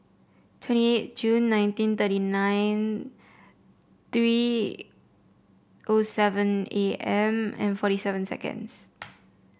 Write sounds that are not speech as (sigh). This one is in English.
twenty eight Jun nineteen thirty nine three O seven A M and forty seven seconds (noise)